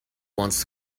wants